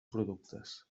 productes